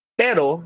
pero